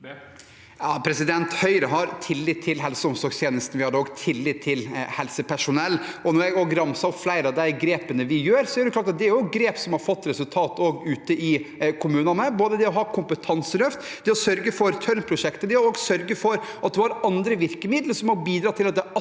Høyre har tillit til helse- og omsorgstjenesten. Vi har også tillit til helsepersonell. Da jeg ramset opp flere av de grepene vi gjør, er det grep som har fått resultater ute i kommunene, både det å ha et kompetanseløft, det å sørge for Tørnprosjektet og det å sørge for at en har andre virkemidler som bidrar til at det